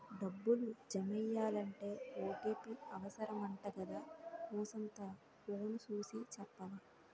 డబ్బులు జమెయ్యాలంటే ఓ.టి.పి అవుసరమంటగదా కూసంతా ఫోను సూసి సెప్పవా